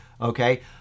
Okay